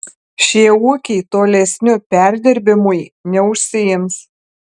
šie ūkiai tolesniu perdirbimui neužsiims